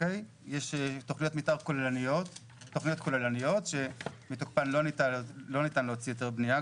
יש תכניות כוללניות שמתוקפן לא ניתן להוציא היתר בניה,